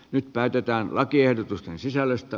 nyt päätetään lakiehdotusten sisällöstä